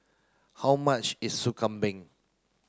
how much is Sop Kambing